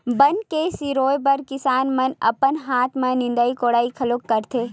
बन के सिरोय बर किसान मन ह अपन हाथ म निंदई कोड़ई घलो करथे